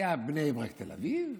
היה בני ברק-תל אביב.